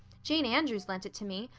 jane andrews lent it to me.